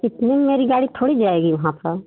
इतने में मेरी गाड़ी थोड़ी जाएगी वहाँ पर